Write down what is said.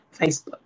facebook